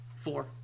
Four